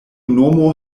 nomo